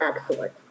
excellent